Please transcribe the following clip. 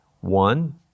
One